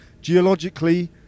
geologically